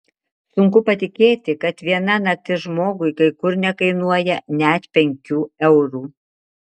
sunku patikėti kad viena naktis žmogui kai kur nekainuoja net penkių eurų